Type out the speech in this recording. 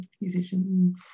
musician